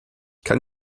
kann